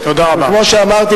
וכמו שאמרתי,